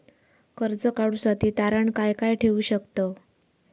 कर्ज काढूसाठी तारण काय काय ठेवू शकतव?